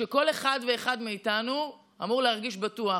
כשכל אחד ואחד מאיתנו אמור להרגיש בטוח.